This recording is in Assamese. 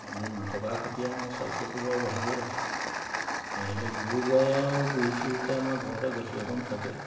কিন্তু নথকা খাতিৰত আমাৰ স্বাস্থ্যটো বাৰু ভাল হৈ আছে এহেলে গৰু গাই আৰু পুহিছোঁ যেতিয়া আমাৰ ঘৰতে গাখীৰ অকণ থাকে